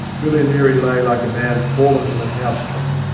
billy leary lay like a man fallen from a house-top.